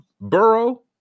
burrow